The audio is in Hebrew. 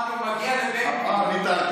אמרתי: הוא מגיע לבן גביר.